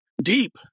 Deep